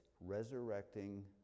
resurrecting